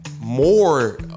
more